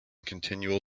continual